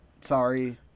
sorry